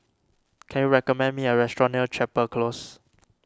can you recommend me a restaurant near Chapel Close